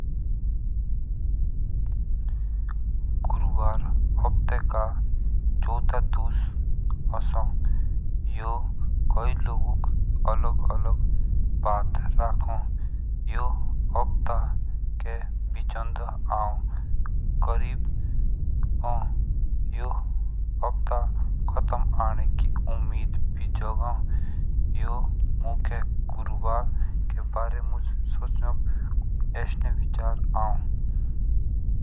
गुरुवार हफ्ते का चौथा दस उसको। यह के लोगुक अलग अलग बात रखो। यो हफ्ता के बीचोडा आओ करीब हो यो हफ्ता समाप्त आने के उम्मीद बिचो का आओ यो मुखे गुरुवार के बारे मुझ सोचनक असबे विचार आओ।